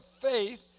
faith